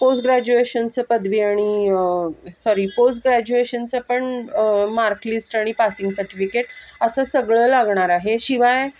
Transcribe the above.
post ग्रॅज्युएशनचं पदवी आणि सॉरी पोस्ट ग्रॅज्युएशनचं पण मार्कलिस्ट आणि पासिंग सर्टिफिकेट असं सगळं लागणार आहे शिवाय